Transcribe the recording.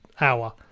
hour